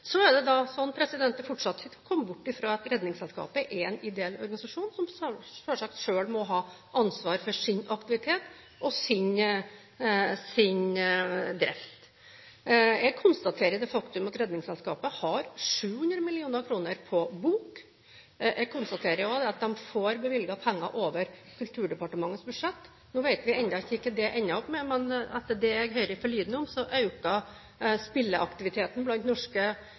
er en ideell organisasjon, som selvsagt selv må ha ansvar for sin aktivitet og sin drift. Jeg konstaterer det faktum at Redningsselskapet har 700 mill. kr på bok. Jeg konstaterer også at de får bevilget penger over Kulturdepartementets budsjett. Nå vet vi ennå ikke hva det ender opp med, men etter det jeg hører forlydender om, øker spilleaktiviteten blant norske